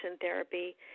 Therapy